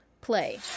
play